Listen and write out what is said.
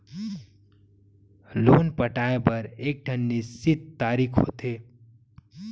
loan पटाए बर एकठन निस्चित तारीख होथे